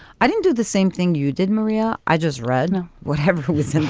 i didn't do the same thing you did, maria. i just read whatever was